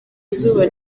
izuba